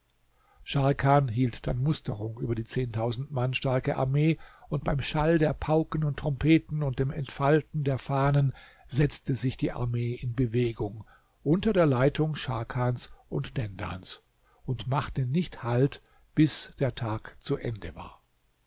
scharkan hielt dann musterung über die zehntausend mann starke armee und beim schall der pauken und trompeten und dem entfalten der fahnen setzte sich die armee in bewegung unter der leitung scharkans und dendans und machte nicht halt bis der tag zu ende war